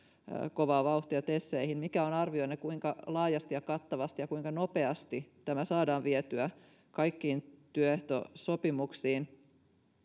kovaa vauhtia teseihin mikä on arvionne kuinka laajasti ja kattavasti ja kuinka nopeasti tämä saadaan vietyä kaikkiin työehtosopimuksiin